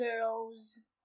girl's